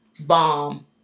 bomb